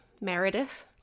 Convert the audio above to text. Meredith